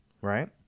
right